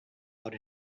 out